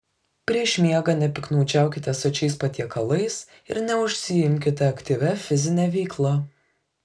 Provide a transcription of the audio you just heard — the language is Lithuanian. prieš miegą nepiktnaudžiaukite sočiais patiekalais ir neužsiimkite aktyvia fizine veikla